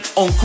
on